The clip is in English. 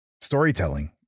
storytelling